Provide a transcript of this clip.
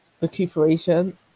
recuperation